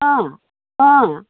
अ अ